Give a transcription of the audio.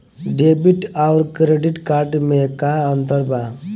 Debit आउर credit card मे का अंतर बा?